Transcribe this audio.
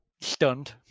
Stunned